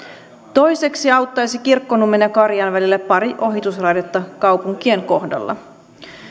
toiseksi auttaisi kirkkonummen ja karjaan välille pari ohitusraidetta kaupunkien kohdalla